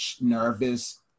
nervous